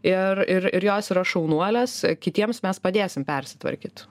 ir ir ir jos yra šaunuolės kitiems mes padėsim persitvarkyt